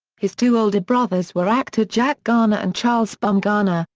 his two older brothers were actor jack garner and charles bumgarner,